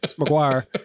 McGuire